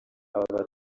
aba